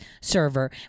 server